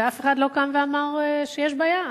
ואף אחד לא קם ואמר שיש בעיה,